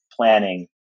planning